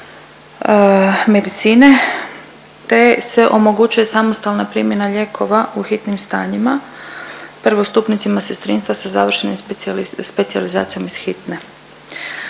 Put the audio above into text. medicine te se omogućuje samostalna primjena lijekova u hitnim stanjima prvostupnicima sestrinstva sa završenim specijalizacijom iz hitne.